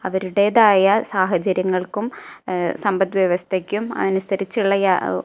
അവരുടേതായ സാഹചര്യങ്ങൾക്കും സമ്പത്ത് വ്യവസ്ഥയ്ക്കും അനുസരിച്ചുള്ള